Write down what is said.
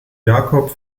jakob